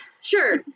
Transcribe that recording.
sure